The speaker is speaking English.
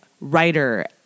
writer